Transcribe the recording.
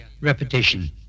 repetition